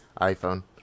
iPhone